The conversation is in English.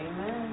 Amen